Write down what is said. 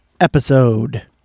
episode